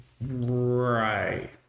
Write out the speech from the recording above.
right